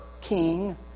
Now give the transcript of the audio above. king